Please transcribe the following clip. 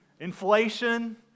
inflation